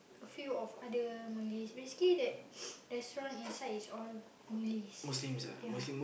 a few of other Malays basically that restaurant inside is all Malays ya